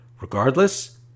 Regardless